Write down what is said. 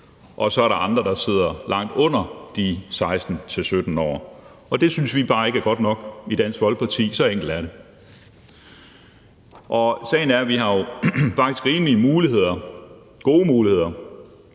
og så er der andre, der sidder langt under de 16-17 år. Det synes vi bare ikke er godt nok i Dansk Folkeparti. Så enkelt er det. Og sagen er, at vi jo faktisk har rimelige muligheder, gode muligheder,